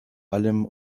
allem